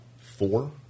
four